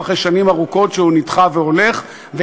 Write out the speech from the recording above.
אחרי שנים ארוכות שהוא נדחה והולך,